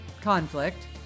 conflict